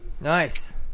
Nice